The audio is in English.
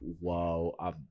Wow